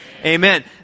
Amen